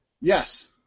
Yes